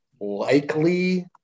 likely –